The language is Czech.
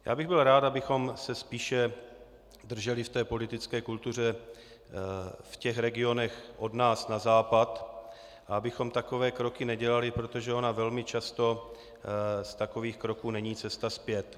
Já bych byl rád, abychom se spíše drželi v politické kultuře v regionech od nás na západ a abychom takové kroky nedělali, protože ona velmi často z takových kroků není cesta zpět.